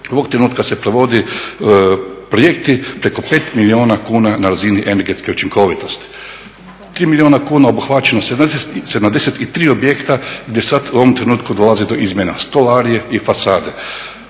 ovog trenutka se provode projekti preko 5 milijuna kuna na razini energetske učinkovitosti. 3 milijuna kuna obuhvaća financijski 73 objekta gdje sad u ovom trenutku dolazi do izmjena stolarije i fasade.